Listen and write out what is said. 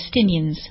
Palestinians